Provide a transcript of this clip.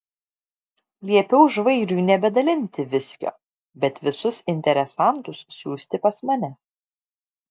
liepiau žvairiui nebedalinti viskio bet visus interesantus siųsti pas mane